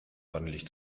ordentlich